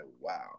wow